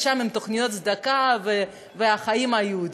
שם בתוכניות צדקה ובחיים היהודיים,